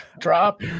Drop